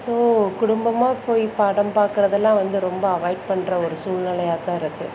so குடும்பமாக போய் படம் பார்க்கறதுலாம் வந்து ரொம்ப அவாய்ட் பண்ற ஒரு சூழ்நிலையாத்தான் இருக்குது